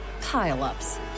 pile-ups